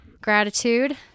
Gratitude